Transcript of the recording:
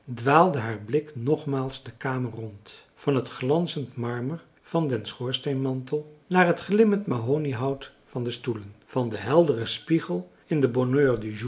dwaalde haar blik nogmaals de kamer rond van het glanzend marmer van den schoorsteenmantel naar het glimmend mahoniehout van de stoelen van den helderen spiegel in den bonheur